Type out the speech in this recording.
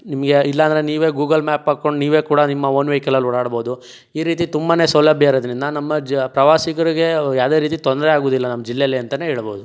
ನಿಮಗೆ ಇಲ್ಲಾಂದ್ರೆ ನೀವೇ ಗೂಗಲ್ ಮ್ಯಾಪ್ ಹಾಕೊಂಡು ನೀವೇ ಕೂಡ ನಿಮ್ಮ ಓನ್ ವೆಹಿಕಲಲ್ಲಿ ಓಡಾಡಬಹುದು ಈ ರೀತಿ ತುಂಬನೇ ಸೌಲಭ್ಯ ಇರೋದ್ರಿಂದ ನಮ್ಮ ಜ ಪ್ರವಾಸಿಗರಿಗೆ ಯಾವುದೇ ರೀತಿ ತೊಂದರೆಯಾಗುವುದಿಲ್ಲ ನಮ್ಮ ಜಿಲ್ಲೆಯಲ್ಲಿ ಅಂತಲೇ ಹೇಳಬಹುದು